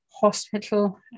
hospital